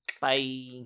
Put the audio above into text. Bye